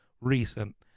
recent